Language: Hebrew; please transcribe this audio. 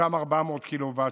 אותם 400 קוט"ש,